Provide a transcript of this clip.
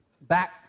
back